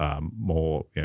more